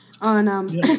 On